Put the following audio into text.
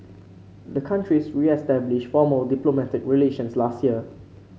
the countries reestablished formal diplomatic relations last year